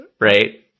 right